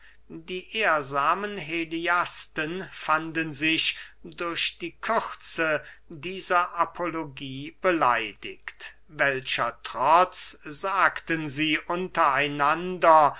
die ehrsamen heliasten fanden sich durch die kürze dieser apologie beleidigt welcher trotz sagten sie